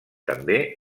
també